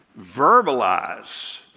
Verbalize